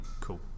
Cool